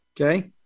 Okay